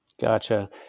Gotcha